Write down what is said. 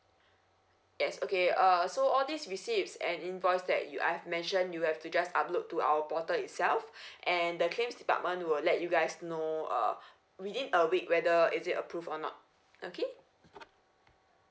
yes okay uh so all these receipts and invoice that you I've mention you have to just upload to our portal itself and the claims department will let you guys know uh within a week whether is it approve or not okay